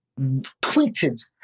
tweeted